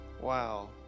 wow